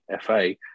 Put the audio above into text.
FA